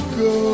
go